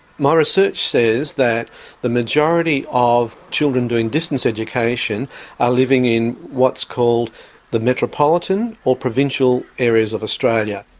my research says that the majority of children doing distance education are living in what's called the metropolitan or provincial areas of australia.